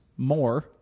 more